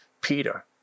Peter